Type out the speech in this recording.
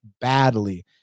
badly